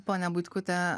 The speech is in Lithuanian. ponia butkute